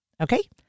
Okay